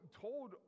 told